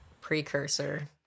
precursor